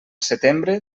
setembre